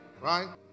right